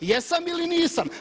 Jesam ili nisam?